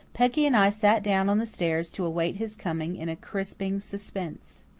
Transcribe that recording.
peggy and i sat down on the stairs to await his coming in a crisping suspense.